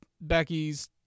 Becky's